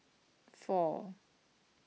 four